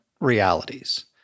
realities